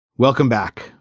welcome back.